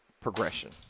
progression